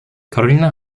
karolina